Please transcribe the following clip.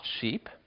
sheep